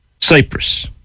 Cyprus